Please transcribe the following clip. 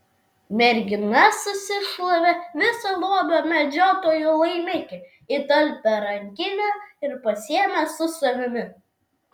mergina susišlavė visą lobio medžiotojų laimikį į talpią rankinę ir pasiėmė su savimi